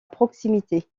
proximité